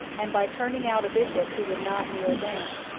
and by turning out a bishop who would not kneel down.